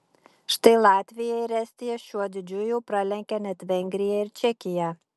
štai latvija ir estija šiuo dydžiu jau pralenkė net vengriją ir čekiją